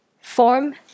form